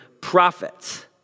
prophets